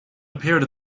appeared